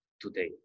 today